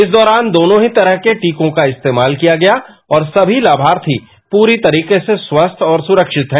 इस दौरान दोनों ही तरह की के टीकों का इस्तेमाल किया गया और समी लामार्थी पूरी तरीके से स्वस्थ और सुरक्षित हैं